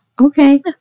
okay